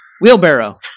wheelbarrow